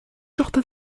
jordan